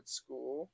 school